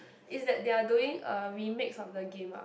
is that they are doing a remix of the game ah